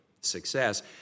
success